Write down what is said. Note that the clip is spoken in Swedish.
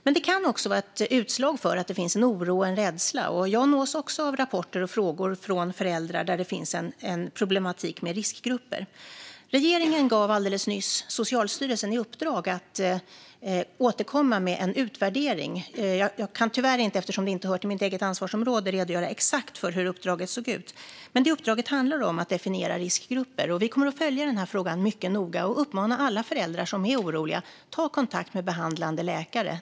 Men det kan också vara ett utslag av oro och rädsla, och även jag nås av rapporter och frågor från föräldrar där det finns en problematik med riskgrupper. Regeringen gav alldeles nyss Socialstyrelsen i uppdrag att återkomma med en utvärdering. Eftersom det inte hör till mitt eget ansvarsområde kan jag tyvärr inte redogöra exakt för hur uppdraget såg ut, men det handlar om att definiera riskgrupper. Vi kommer att följa frågan mycket noga och uppmanar alla föräldrar som är oroliga att ta kontakt med behandlande läkare.